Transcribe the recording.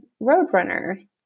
roadrunner